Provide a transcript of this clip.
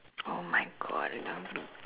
!oh-my-God!